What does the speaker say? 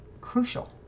crucial